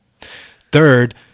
Third